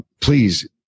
please